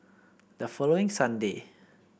the following Sunday